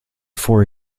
four